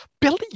Billy